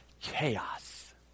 chaos